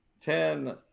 Ten